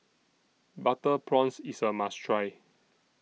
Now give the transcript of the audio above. Butter Prawns IS A must Try